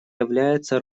является